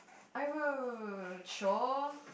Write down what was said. I've a chore